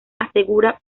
asegura